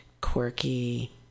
Quirky